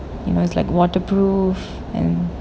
you know it's like waterproof and